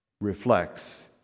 reflects